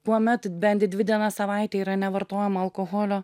kuomet bent dvi dienas savaitėj yra nevartojama alkoholio